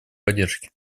поддержке